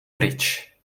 pryč